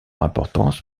importance